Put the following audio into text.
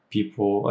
People